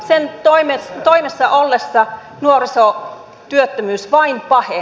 sen toimessa ollessa nuorisotyöttömyys vain paheni